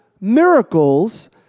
miracles